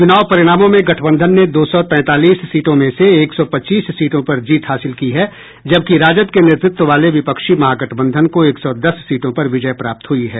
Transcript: चुनाव परिणामों में गठबंधन ने दो सौ तैंतालीस सीटों में से एक सौ पच्चीस सीटों पर जीत हासिल की है जबकि राजद के नेतृत्व वाले विपक्षी महागठबंधन को एक सौ दस सीटों पर विजय प्राप्त हुई है